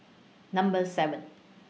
Number seven